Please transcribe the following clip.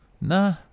Nah